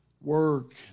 work